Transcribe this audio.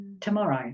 tomorrow